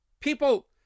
people